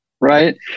right